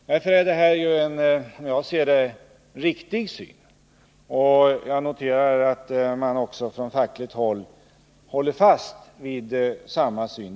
Därför är det här, som jag ser det, ett riktigt synsätt, och jag noterar att också facket håller fast vid samma syn.